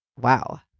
Wow